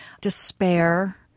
Despair